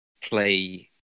play